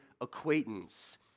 acquaintance